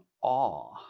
awe